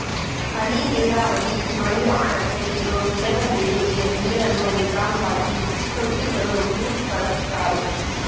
ಹನಿ ನೀರಾವರಿ ಮಣ್ಣಿನಕೆಳಗೆ ಇರೋ ಗಿಡದ ಬೇರಿಗೆ ನೀರನ್ನು ನಿಧಾನ್ವಾಗಿ ತೊಟ್ಟಿಸಲು ಡ್ರಿಪ್ ಬಳಸ್ತಾರೆ